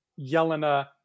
Yelena